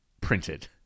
printed